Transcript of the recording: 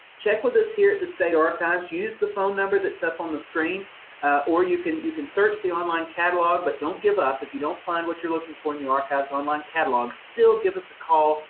check with us here at the state archives, use the phone number that's up on the screen or you can, you can search the online catalog, but don't give up if you don't find what you're looking for in the archives online catalog. still give us a call,